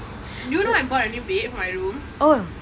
do you know I bought a new bed for my room